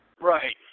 Right